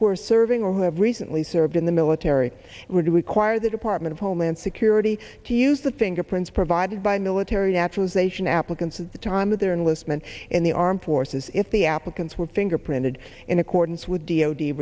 who are serving or who have recently served in the military were to acquire the department of homeland security to use the fingerprints provided by military naturalization applicants at the time of their enlistment in the armed forces if the applicants were fingerprinted in accordance with d